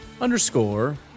underscore